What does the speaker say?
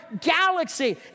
galaxy